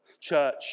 Church